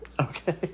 okay